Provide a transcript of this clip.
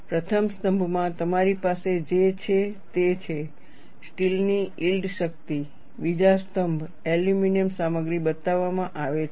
પ્રથમ સ્તંભમાં તમારી પાસે જે છે તે છે સ્ટીલની યીલ્ડ શક્તિ બીજા સ્તંભ એલ્યુમિનિયમ સામગ્રી બતાવવામાં આવે છે